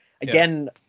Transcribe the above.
Again